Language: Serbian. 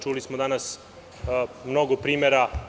Čuli smo danas mnogo primera.